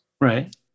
right